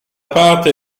parte